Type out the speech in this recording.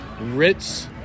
Ritz